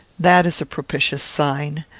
that is a propitious sign.